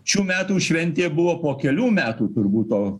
šių metų šventė buvo po kelių metų turbūt o